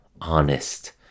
honest